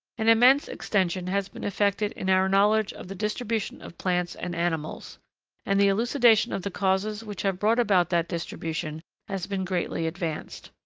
an immense extension has been effected in our knowledge of the distribution of plants and animals and the elucidation of the causes which have brought about that distribution has been greatly advanced.